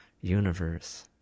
universe